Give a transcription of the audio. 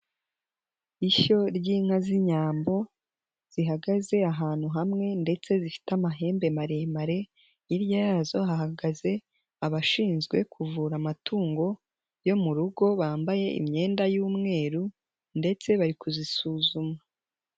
Ishyo ry'inka z'inyambo zihagaze ahantu hamwe ndetse zifite amahembe maremare, hirya yazo hahagaze abashinzwe kuvura amatungo yo mu rugo bambaye imyenda y'umweru ndetse bari kuzisuzuma.